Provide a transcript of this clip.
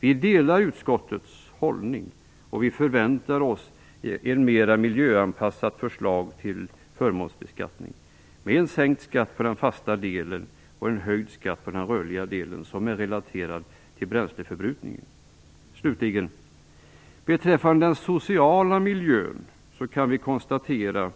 Vi delar utskottets hållning, och vi förväntar oss ett mera miljöanpassat förslag till förmånsbeskattning, med sänkt skatt på den fasta delen och en höjd skatt på den rörliga delen, som är relaterad till bränsleförbrukningen. Vad slutligen gäller den sociala miljön kan vi konstatera